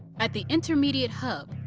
at the intermediate hub,